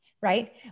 right